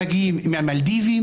הם מגיעים מהמלדיביים,